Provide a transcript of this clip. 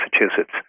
Massachusetts